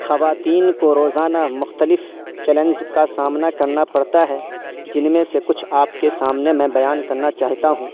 خواتین کو روزانہ مختلف چیلنج کا سامنا کرنا پڑتا ہے جن میں سے کچھ آپ کے سامنے میں بیان کرنا چاہتا ہوں